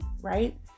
Right